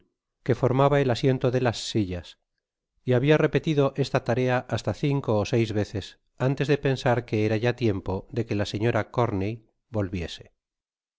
que formaba e asiento de las sillas y habia repelido esta tarea hasta cinco ó seis veces antes de pensar que era ya tiempo de que la señora corney volviese